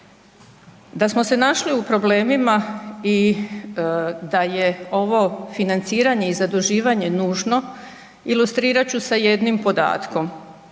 Da smo se našli u problemima i da je ovo financiranje i zaduživanje nužno ilustrirat ću sa jednim podatkom.